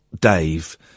dave